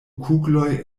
kugloj